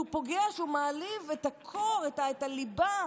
שהוא פוגע, שהוא מעליב את ה-core, את הליבה,